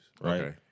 right